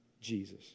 Jesus